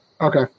Okay